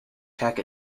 tack